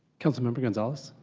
councilmember gonzalez?